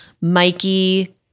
Mikey-